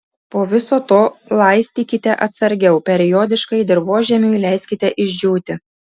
po viso to laistykite atsargiau periodiškai dirvožemiui leiskite išdžiūti